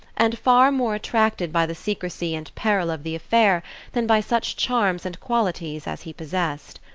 and far more attracted by the secrecy and peril of the affair than by such charms and qualities as he possessed.